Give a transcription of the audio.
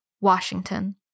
Washington